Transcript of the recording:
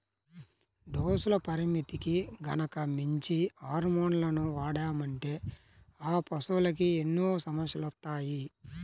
డోసుల పరిమితికి గనక మించి హార్మోన్లను వాడామంటే ఆ పశువులకి ఎన్నో సమస్యలొత్తాయి